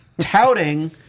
touting